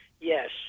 Yes